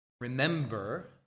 Remember